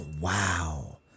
wow